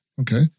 okay